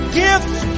gifts